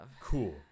Cool